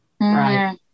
Right